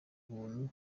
bantu